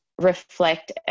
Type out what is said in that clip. reflect